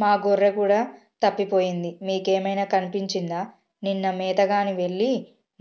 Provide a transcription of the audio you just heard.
మా గొర్రె కూడా తప్పిపోయింది మీకేమైనా కనిపించిందా నిన్న మేతగాని వెళ్లి